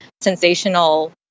sensational